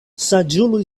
saĝulo